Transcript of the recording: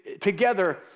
together